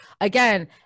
again